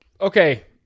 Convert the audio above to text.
Okay